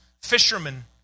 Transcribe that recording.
fishermen